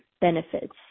benefits